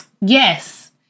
yes